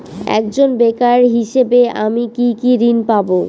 একজন বেকার হিসেবে আমি কি কি ঋণ পাব?